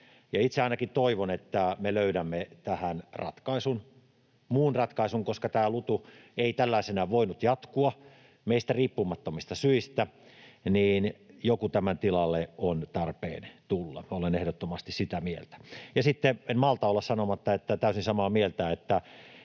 Itse ainakin toivon, että me löydämme tähän muun ratkaisun. Koska tämä LUTU ei tällaisenaan voinut jatkua meistä riippumattomista syistä, niin joku tämän tilalle on tarpeen tulla. Olen ehdottomasti sitä mieltä. Sitten en malta olla sanomatta, että olen täysin samaa mieltä,